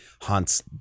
haunts